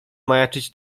majaczyć